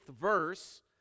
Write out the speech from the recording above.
verse